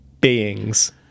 beings